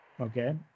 okay